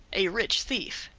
a rich thief.